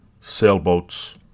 sailboats